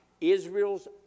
Israel's